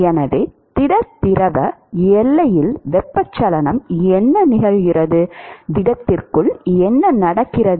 எனவே திட திரவ எல்லையில் வெப்பச்சலனம் என்ன நிகழ்கிறது திடத்திற்குள் என்ன நடக்கிறது